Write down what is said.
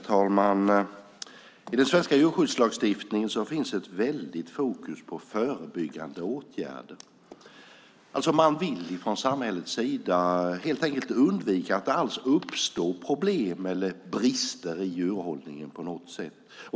Herr talman! I den svenska djurskyddslagstiftningen är fokus starkt inriktat på förebyggande åtgärder. Man vill från samhällets sida helt enkelt undvika att det alls uppstår problem eller brister i djurhållningen på något sätt.